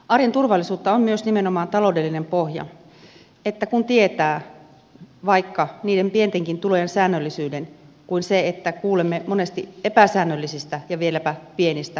arjen turvallisuutta on myös nimenomaan taloudellinen pohja että tietää vaikka niiden pientenkin tulojen säännöllisyyden eikä se että kuulemme monesti epäsäännöllisistä ja vieläpä pienistä tuloista